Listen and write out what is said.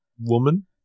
woman